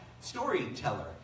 storyteller